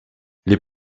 les